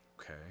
okay